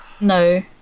No